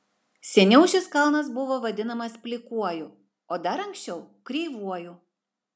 seniau šis kalnas buvo vadinamas plikuoju o dar anksčiau kreivuoju